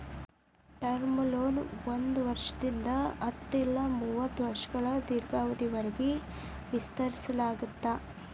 term loan ಒಂದ್ ವರ್ಷದಿಂದ ಹತ್ತ ಇಲ್ಲಾ ಮೂವತ್ತ ವರ್ಷಗಳ ದೇರ್ಘಾವಧಿಯವರಿಗಿ ವಿಸ್ತರಿಸಲಾಗ್ತದ